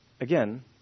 Again